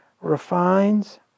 refines